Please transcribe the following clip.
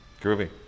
Groovy